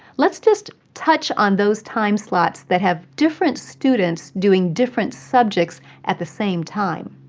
let's just touch on those time slots that have different students doing different subjects at the same time.